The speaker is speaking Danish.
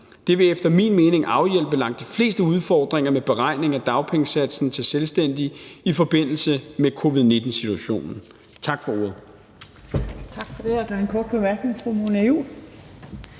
Det vil efter min mening afhjælpe langt de fleste udfordringer med beregning af dagpengesatsen til selvstændige i forbindelse med covid-19-situationen. Tak for ordet.